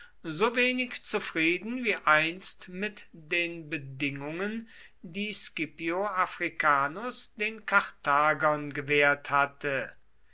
so wenig zufrieden wie einst mit den bedingungen die scipio africanus den karthagern gewährt hatte